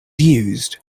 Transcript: used